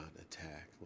attack